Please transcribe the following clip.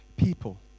People